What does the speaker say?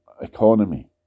economy